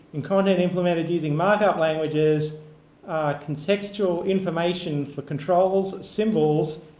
in content implemented using markup languages contextual information for controls, symbols,